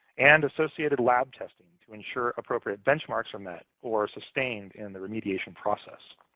and associated lab testing to ensure appropriate benchmarks from that are sustained in the remediation process.